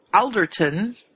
Alderton